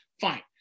fine